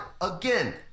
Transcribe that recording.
again